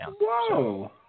Whoa